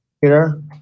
Peter